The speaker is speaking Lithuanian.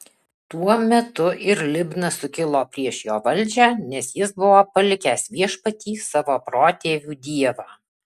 tuo metu ir libna sukilo prieš jo valdžią nes jis buvo palikęs viešpatį savo protėvių dievą